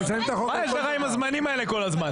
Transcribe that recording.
מה יש לך עם הזמנים האלה כל הזמן?